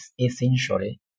essentially